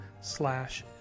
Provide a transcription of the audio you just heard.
slash